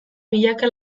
milaka